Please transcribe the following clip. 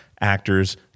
actors